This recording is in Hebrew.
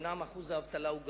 אומנם אחוז האבטלה הוא גבוה,